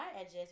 edges